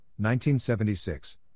1976